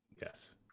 Yes